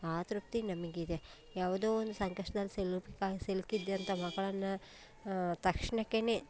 ಆ ತೃಪ್ತಿ ನಮಿಗೆ ಇದೆ ಯಾವುದೋ ಒಂದು ಸಂಕಷ್ಟ್ದಲ್ಲಿ ಸಿಲುಕಿಪ ಸಿಲುಕಿದ್ದಂಥ ಮಕ್ಕಳನ್ನು ತಕ್ಷಣಕ್ಕೇನೆ